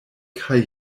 kaj